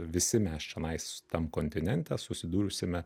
visi mes čenais tam kontinente susidursime